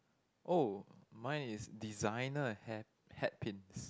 oh mine is designer hair hat pins